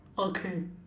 okay